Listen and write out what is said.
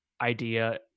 idea